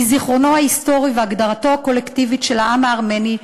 מזיכרונו ההיסטורי ומהגדרתו הקולקטיבית של העם הארמני,